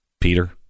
Peter